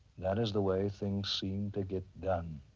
that is the way things seem to get done.